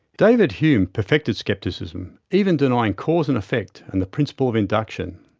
david hume perfected scepticism, even denying cause and effect and the principle of induction.